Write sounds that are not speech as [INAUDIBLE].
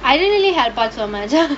I didn't really have but so much [LAUGHS]